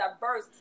diverse